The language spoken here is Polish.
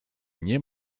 nie